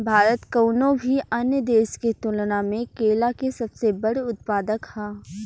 भारत कउनों भी अन्य देश के तुलना में केला के सबसे बड़ उत्पादक ह